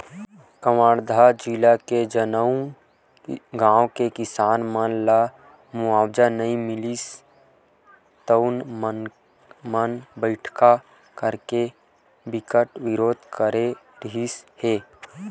कवर्धा जिला के जउन गाँव के किसान मन ल मुवावजा नइ मिलिस तउन मन बइठका करके बिकट बिरोध करे रिहिस हे